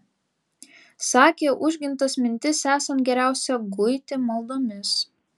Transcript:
sakė užgintas mintis esant geriausia guiti maldomis